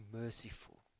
merciful